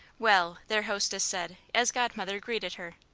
well, their hostess said as godmother greeted her,